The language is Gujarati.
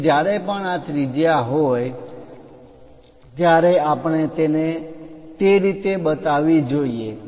તેથી જ્યારે પણ આ ત્રિજ્યા હોય ત્યારે આપણે તેને તે રીતે બતાવવી જોઈએ